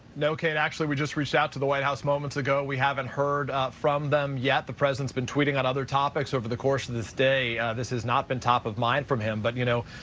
no, kate. actually, we just reached out to the white house moments ago. we haven't heard from them yet. the president's been tweeting on other topics over the course of this day. this has not been top of mind from him. but you know,